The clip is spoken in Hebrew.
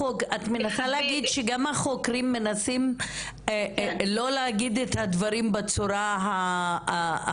את מנסה להגיד שגם החוקרים מנסים שלא להגיד את הדברים בצורה הברורה?